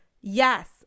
yes